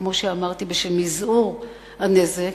כמו שאמרתי, בשל מזעור הנזק,